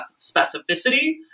specificity